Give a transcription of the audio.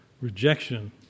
rejection